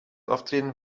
aftreden